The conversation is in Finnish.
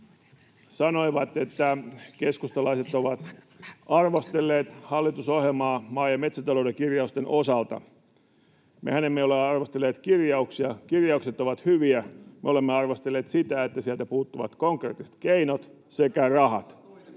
sanoivat, että keskustalaiset ovat arvostelleet hallitusohjelmaa maa- ja metsätalouden kirjausten osalta. Mehän emme ole arvostelleet kirjauksia, kirjaukset ovat hyviä. Me olemme arvostelleet sitä, että sieltä puuttuvat konkreettiset keinot sekä rahat.